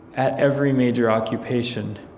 at every major occupation,